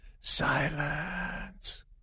Silence